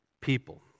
people